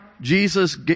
Jesus